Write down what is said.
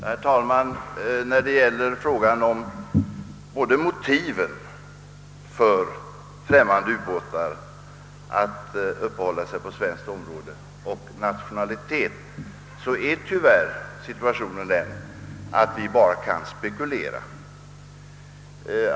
Herr talman! Både när det gäller motiven för främmande ubåtar att uppehålla sig på svenskt område och frågan om dessa ubåtars nationalitet är tyvärr situationen den, att vi bara kan göra antaganden.